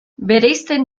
bereizten